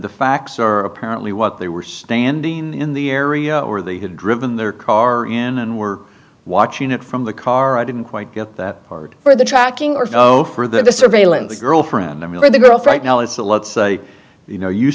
the facts are apparently what they were standing in the area or they had driven their car in and were watching it from the car i didn't quite get that part for the tracking or for the surveillance the girlfriend i mean the girlfriend now it's a let's say you know you